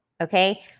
okay